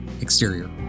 Exterior